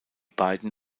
beiden